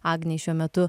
agnei šiuo metu